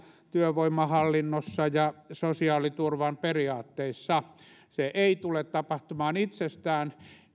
työvoimahallinnossa ja sosiaaliturvan periaatteissa se ei tule tapahtumaan itsestään